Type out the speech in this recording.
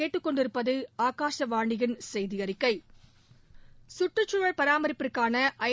கற்றுச்சூழல் பராமரிப்பிற்கான ஐ